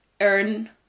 earn